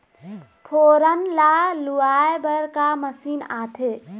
फोरन ला लुआय बर का मशीन आथे?